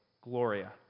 Gloria